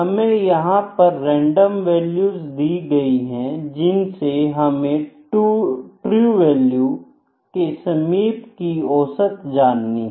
हमें यहां पर रेंडम वैल्यूज दी गई हैं जिनसे हमें ट्रू वैल्यू के समीप की औसत जाननी है